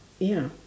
ya